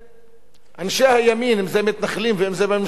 אנשי הימין, אם מתנחלים ואם בממשלה, רבים,